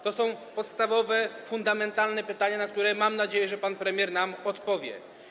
To są podstawowe, fundamentalne pytania, na które - mam nadzieję - pan premier nam odpowie.